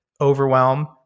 overwhelm